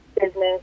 business